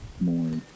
more